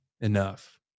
enough